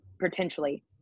potentially